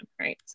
right